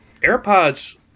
AirPods